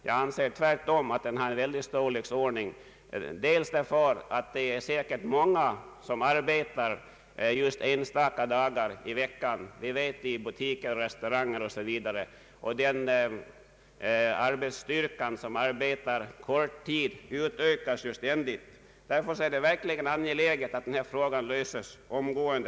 Jag anser tvärtom att problemet är väsentligt. Det är säkert många som arbetar enstaka dagar i veckan — i butiker, restauranger o.s.v. — och antalet korttidsarbetande utökas ju ständigt. Jag anser det därför angeläget att denna fråga löses omgående.